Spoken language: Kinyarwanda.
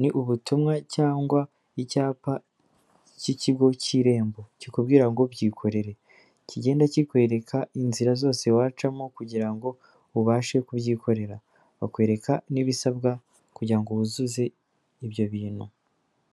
Ni ubutumwa cyangwa icyapa cy'ikigo cy'Irembo kikubwira ngo byikorere. Kigenda kikwereka inzira zose wacamo kugira ngo ubashe kubyikorera, bakwereka n'ibisabwa kugira ngo wuzuze ibyo bintu.